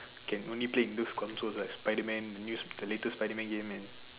can only play in those consoles right Spiderman the new latest Spiderman game and